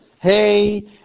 Hey